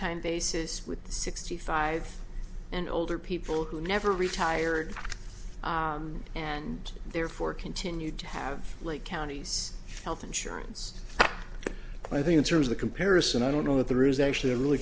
time basis with sixty five and older people who never retired and therefore continued to have like counties health insurance i think in terms of comparison i don't know that there is actually a really